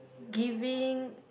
giving